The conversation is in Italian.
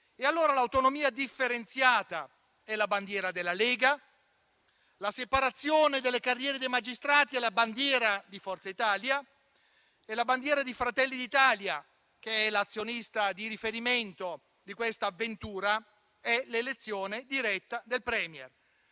Paese. L'autonomia differenziata è, quindi, la bandiera della Lega. La separazione delle carriere dei magistrati è la bandiera di Forza Italia. E la bandiera di Fratelli d'Italia, che è l'azionista di riferimento di quest'avventura, è l'elezione diretta del *Premier*.